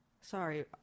Sorry